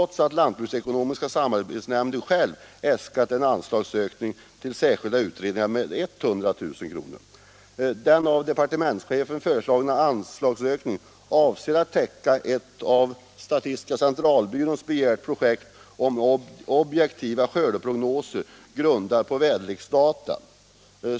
hetsområde Den av departementschefen föreslagna anslagsökningen avser att täcka ett av statistiska centralbyrån begärt projekt om objektiva skördeprognoser som grundas på väderleksdata.